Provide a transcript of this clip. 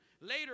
later